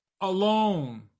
alone